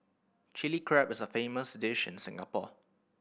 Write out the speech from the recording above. Chilli Crab is a famous dish in Singapore